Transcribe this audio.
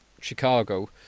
Chicago